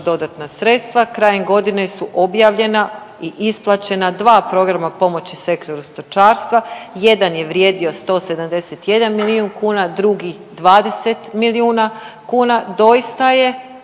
dodatna sredstva, krajem godine su objavljena i isplaćena 2 programa pomoći sektoru stočarstva. Jedan je vrijedio 171 milijun kuna, drugi 20 milijuna kuna. Doista je